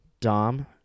Dom